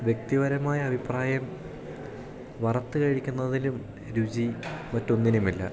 വ്യക്തിപരമായ അഭിപ്രായം വറുത്ത് കഴിക്കുന്നതിലും രുചി മറ്റൊന്നിനുമില്ല